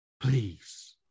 please